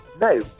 no